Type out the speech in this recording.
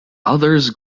others